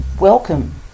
Welcome